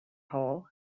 hall